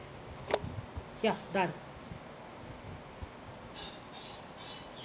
ya done